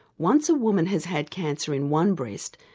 once a woman has had cancer in one breast,